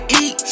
eat